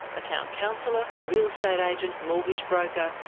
a town councillor, real estate agent, mortgage broker,